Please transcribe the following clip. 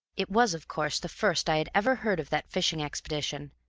it was, of course, the first i had ever heard of that fishing expedition,